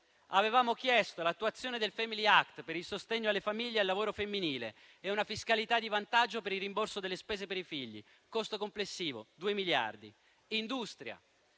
avevamo chiesto l'attuazione del *family act* per il sostegno alle famiglie e al lavoro femminile e una fiscalità di vantaggio per il rimborso delle spese per i figli, per un costo complessivo di due miliardi. Sull'industria